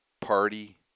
party